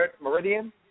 Meridian